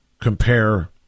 compare